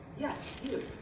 yes you.